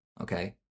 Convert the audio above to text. Okay